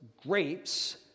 grapes